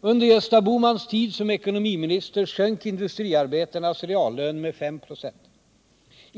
Under Gösta Bohmans tid som ekonomiminister sjönk industriarbetarnas reallön med 5 96.